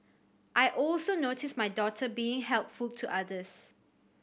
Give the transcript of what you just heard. I also notice my daughter being helpful to others